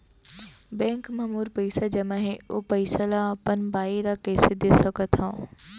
Bank म मोर पइसा जेमा हे, ओ पइसा ला अपन बाई ला कइसे दे सकत हव?